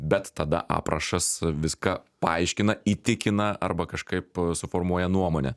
bet tada aprašas viską paaiškina įtikina arba kažkaip suformuoja nuomonę